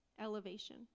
Elevation